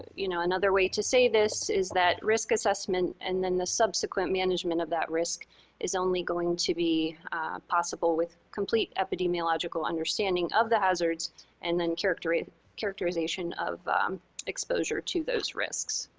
you know, another way to say this is that risk assessment and then the subsequent management of that risk is only going to be possible with complete epidemiological understanding of the hazards and then characterization characterization of exposure to those risks.